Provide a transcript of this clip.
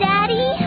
Daddy